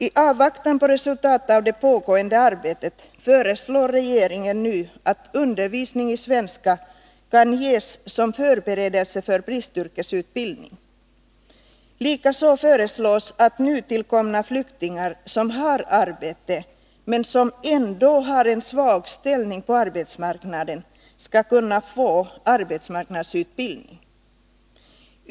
I avvaktan på resultatet av det pågående arbetet föreslår regeringen nu att undervisning i svenska skall kunna ges som förberedelse för bristyrkesutbildning. Likaså föreslås att nytillkomna flyktingar som har arbete, men som ändå har en svag ställning på arbetsmarknaden, skall kunna få arbetsmarknadsutbildning.